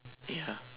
yeah